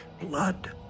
blood